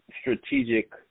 strategic